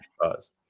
buzz